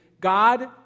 God